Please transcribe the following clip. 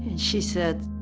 she said,